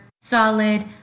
solid